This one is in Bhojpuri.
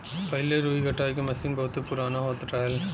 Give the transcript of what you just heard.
पहिले रुई कटाई के मसीन बहुत पुराना होत रहल